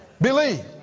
Believe